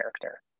character